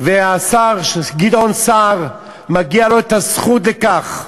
השר גדעון סער, מגיעה לו הזכות על כך,